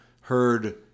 heard